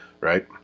Right